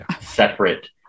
separate